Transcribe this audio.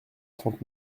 trente